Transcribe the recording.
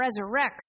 resurrects